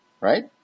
Right